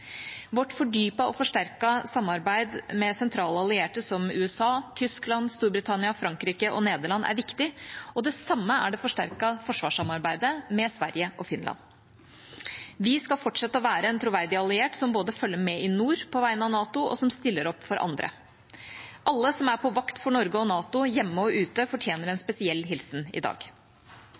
Vårt fordypede og forsterkede samarbeid med sentrale allierte, som USA, Tyskland, Storbritannia, Frankrike og Nederland, er viktig, og det samme er det forsterkede forsvarssamarbeidet med Sverige og Finland. Vi skal fortsette å være en troverdig alliert som både følger med i nord på vegne av NATO, og som stiller opp for andre. Alle som er på vakt for Norge og NATO hjemme og ute, fortjener en spesiell hilsen i dag.